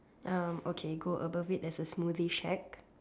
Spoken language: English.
okay go above it there's a smoothie shack